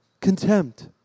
Contempt